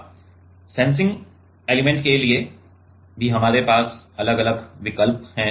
अब sensing element के लिए भी हमारे पास अलग अलग विकल्प हैं